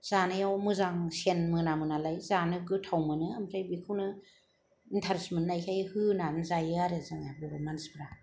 जानायाव मोजां सेन्ट मोनामो नालाय जानो गोथाव मोनो ओमफ्राय बेखौनो एन्टारेस्ट मोननायखाय होनान जायो आरो जोङो बर' मानसिफोरा